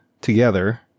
together